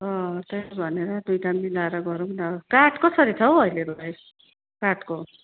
अँ त्यही भनेर दुइटा मिलाएर गरौँ न काठ कसरी छ हौ अहिलेको चाहिँ काठको